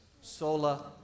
Sola